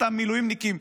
אותם מילואימניקים,